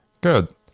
Good